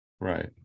right